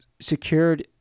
secured